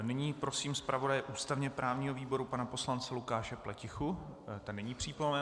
Nyní prosím zpravodaje ústavněprávního výboru pana poslance Lukáše Pletichu, ten není přítomen.